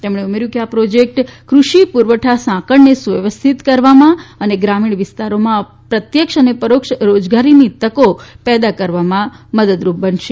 તેમણે ઉમેર્યું કે આ પ્રોજેક્ટ કૃષિ પુરવઠા સાંકળને સુવ્યવસ્થિત કરવામાં અને ગ્રામીણ વિસ્તારોમાં પ્રત્યક્ષ અને પરોક્ષ રોજગારની તકો પેદા કરવામાં મદદ કરશે